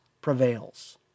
prevails